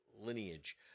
lineage